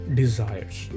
desires